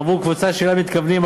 עבור קבוצה שאליה מתכוונים,